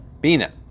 Bina